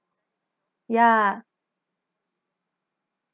ya